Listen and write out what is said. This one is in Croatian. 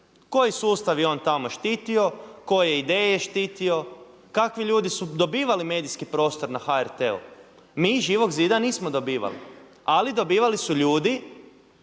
koji sustav je on tamo štitio, koje je ideje štitio, kakvi ljudi su dobivali medijski prostor na HRT-u? Mi iz Živog zida nismo dobivali, ali dobivali su ljudi